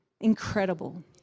Incredible